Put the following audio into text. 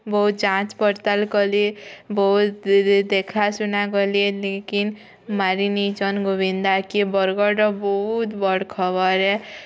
ବହୁତ୍ ଯାଞ୍ଚ୍ ପଡ଼ତାଲ୍ କଲେ ବୋହୁତ୍ ଦେଖାଶୁଣା କଲେ ଲେକିନ୍ ମାରିନେଇଚନ୍ ଗୋବିନ୍ଦାକେ ବରଗଡ଼ର ବୋହୁତ୍ ବଡ଼୍ ଖବର ହେଁ